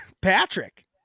Patrick